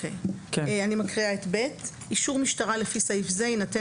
אני מקריאה את סעיף קטן (ב): אישור משטרה לפי סעיף זה יינתן